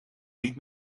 niet